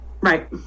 Right